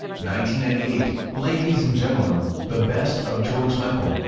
ninety ninety eight ladies and gentlemen the best of george michael